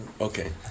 Okay